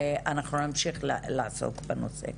ואנחנו נמשיך לעסוק בנושא.